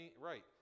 Right